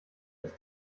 das